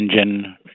engine